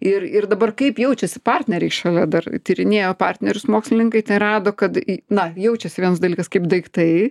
ir ir dabar kaip jaučiasi partneriai šalia dar tyrinėjo partnerius mokslininkai tai rado kad į na jaučiasi vienas dalykas kaip daiktai